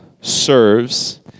serves